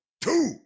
two